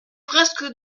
presque